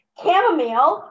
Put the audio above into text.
chamomile